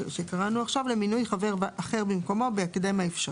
למינוי חבר אחר במקומו, בהקדם האפשרי.